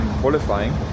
qualifying